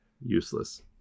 useless